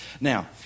Now